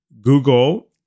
Google